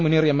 Muneer M